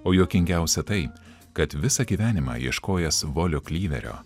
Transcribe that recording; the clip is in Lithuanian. o juokingiausia tai kad visą gyvenimą ieškojęs volio klyverio